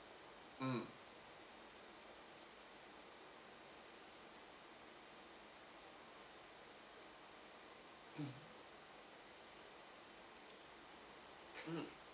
mm mm